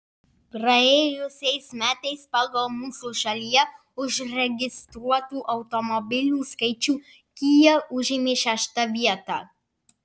praėjusiais metais pagal mūsų šalyje užregistruotų automobilių skaičių kia užėmė šeštą vietą